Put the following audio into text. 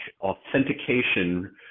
authentication